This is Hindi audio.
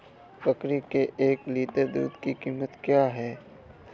बकरी के एक लीटर दूध की कीमत क्या है?